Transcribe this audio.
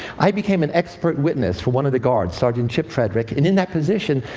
i became an expert witness for one of the guards, sergeant chip frederick, and in that position,